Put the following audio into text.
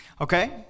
Okay